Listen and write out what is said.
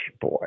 boy